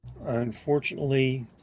Unfortunately